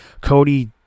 Cody